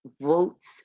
votes